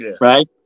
right